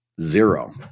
zero